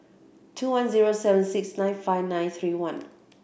two one zero seven six nine five nine three one